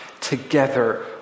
together